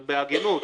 בהגינות.